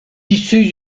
issu